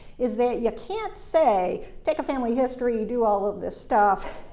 is that you can't say, take a family history. do all of this stuff.